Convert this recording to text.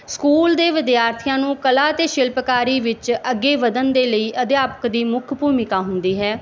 school ਦੇ ਵਿਦਿਆਰਥੀਆਂ ਨੂੰ ਕਲਾ ਅਤੇ ਸ਼ਿਲਪਕਾਰੀ ਵਿੱਚ ਅੱਗੇ ਵਧਣ ਦੇ ਲਈ ਅਧਿਆਪਕ ਦੀ ਮੁੱਖ ਭੂਮਿਕਾ ਹੁੰਦੀ ਹੈ